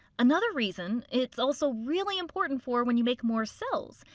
another reason it's also really important for when you make more cells,